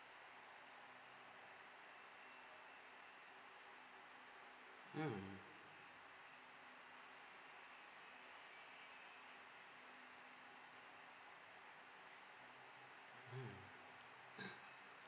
mm mm